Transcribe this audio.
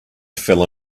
fell